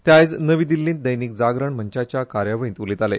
ते आयज नवी दिल्लींत दैनीक जागरण मंचाच्या कार्यावळींत उलयताले